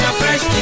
fresh